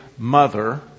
mother